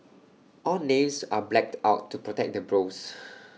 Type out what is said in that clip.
all names are blacked out to protect the bros